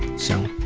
so,